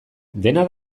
dena